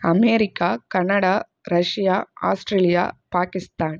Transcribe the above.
America Canada Russia Australia Pakistan